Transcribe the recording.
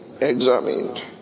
examined